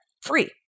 free